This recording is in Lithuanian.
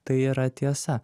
tai yra tiesa